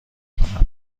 کنم